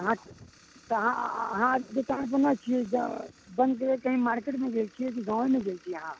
अहाँ तऽ अहाँ अहाँके दोकान कोना छियै बना करके कहीँ मार्केटमे दै छियै कि गाँवैमे दै छियै अहाँ